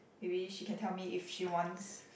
maybe she can tell me if she wants